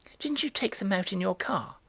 didn't you take them out in your car?